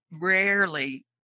rarely